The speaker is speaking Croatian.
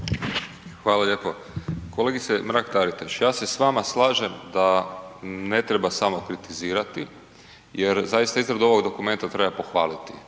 Hvala lijepo. Kolegice Mrak Taritaš, ja se s vama slažem da ne treba samo kritizirati jer zaista izradu ovog dokumenta treba pohvaliti,